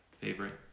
favorite